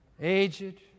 Aged